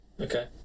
Okay